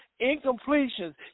incompletions